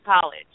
college